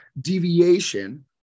deviation